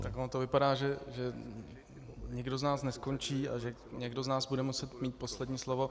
Tak ono to vypadá, že nikdo z nás neskončí a že někdo z nás bude muset mít poslední slovo.